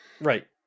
Right